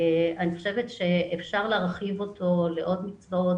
אני חושבת שאפשר להרחיב אותו לעוד מקצועות